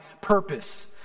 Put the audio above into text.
purpose